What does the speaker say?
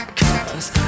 cause